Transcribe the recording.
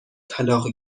طلاق